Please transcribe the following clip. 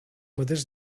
mateix